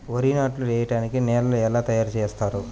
వరి నాట్లు వేయటానికి నేలను ఎలా తయారు చేస్తారు?